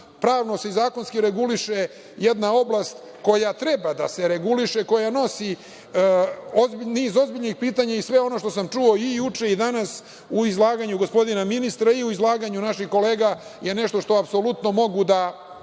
Pravno se i zakonski reguliše jedna oblast koja treba da se reguliše, koja nosi niz ozbiljnih pitanja i sve ono što sam čuo i juče i danas u izlaganju gospodina ministra i u izlaganju kolega je nešto što apsolutno mogu da